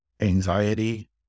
Anxiety